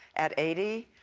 at eighty,